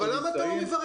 אז למה אתה לא מברר?